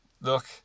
look